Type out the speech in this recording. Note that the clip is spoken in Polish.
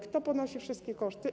Kto ponosi wszystkie koszty?